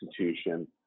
institution